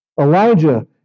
Elijah